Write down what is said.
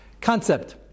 concept